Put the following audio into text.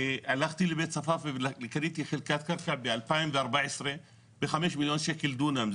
הלכתי לבית צפפה וקניתי חלקת קרקע ב-2014 ב-5 מיליון שקל לדונם,